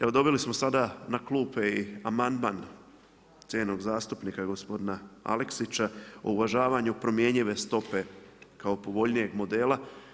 Evo dobili smo sada na klupe i amandman cijenjenog zastupnika i gospodina Aleksića o uvažavanju promjenjive stope kao povoljnijeg modela.